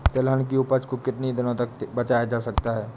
तिलहन की उपज को कितनी दिनों तक बचाया जा सकता है?